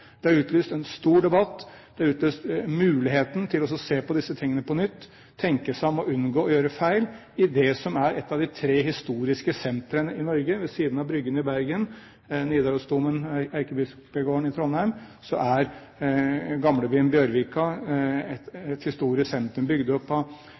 Det er utlyst en stor debatt, det er utlyst muligheten til å se på disse tingene på nytt, tenke seg om og unngå å gjøre feil, i det som er et av de tre historiske sentrene i Norge. Ved siden av Bryggen i Bergen, Nidarosdomen og Erkebispegården i Trondheim er